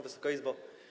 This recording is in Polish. Wysoka Izbo!